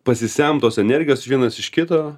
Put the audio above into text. pasisemt tos energijos vienas iš kito